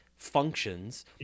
functions